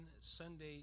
Sunday